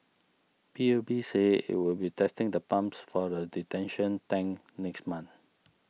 P U B said it will be testing the pumps for the detention tank next month